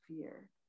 fear